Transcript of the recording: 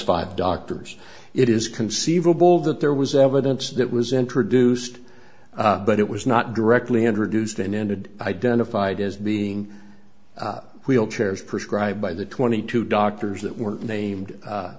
five doctors it is conceivable that there was evidence that was introduced but it was not directly hundred usd and ended identified as being wheelchairs prescribed by the twenty two doctors that were named